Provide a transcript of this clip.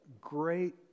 great